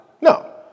No